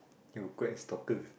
you quite stalker